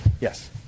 Yes